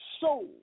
soul